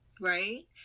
Right